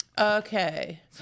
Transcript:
okay